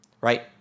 right